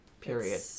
Period